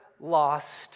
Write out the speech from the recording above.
lost